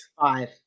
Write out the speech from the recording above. five